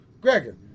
Gregor